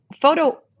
photo